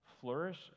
flourish